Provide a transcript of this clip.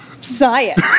Science